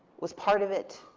was part of it.